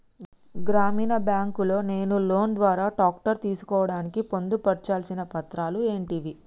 గ్రామీణ బ్యాంక్ లో నేను లోన్ ద్వారా ట్రాక్టర్ తీసుకోవడానికి పొందు పర్చాల్సిన పత్రాలు ఏంటివి?